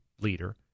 leader